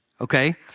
Okay